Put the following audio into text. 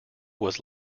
was